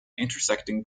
intersecting